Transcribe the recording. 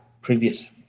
previous